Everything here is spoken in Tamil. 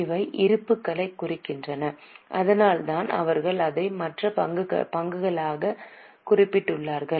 இவை இருப்புக்களைக் குறிக்கின்றன அதனால்தான் அவர்கள் அதை மற்ற பங்குகளாகக் குறிப்பிட்டுள்ளனர்